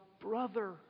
brother